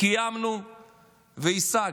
קיימנו והשגנו.